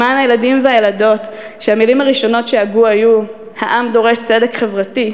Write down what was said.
למען הילדים והילדות שהמילים הראשונות שהגו היו "העם דורש צדק חברתי",